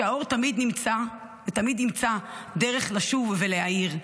שהאור תמיד נמצא ותמיד ימצא דרך לשוב ולהאיר,